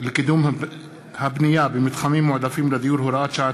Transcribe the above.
לקידום הבנייה במתחמים מועדפים לדיור (הוראת שעה),